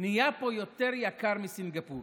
נהיה פה יותר יקר מסינגפור.